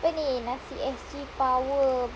apa ni nasi S_G power